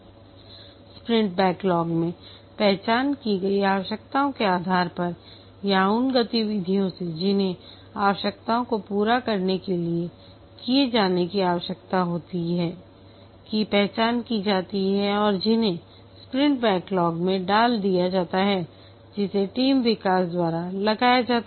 sprint backlog में पहचान की गई आवश्यकताओं के आधार पर यहां उन गतिविधियों से जिन्हें आवश्यकताओं को पूरा करने के लिए किए जाने की आवश्यकता होती है की पहचान की जाती है और जिन्हें स्प्रिंट बैकलॉग में डाल दिया जाता है जिसे विकास टीम द्वारा लगाया जाता है